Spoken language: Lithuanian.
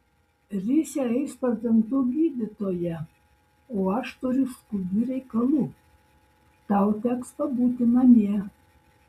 risia eis pas dantų gydytoją o aš turiu skubių reikalų tau teks pabūti namie